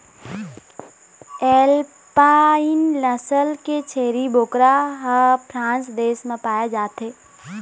alpine नसल के छेरी बोकरा ह फ्रांस देश म पाए जाथे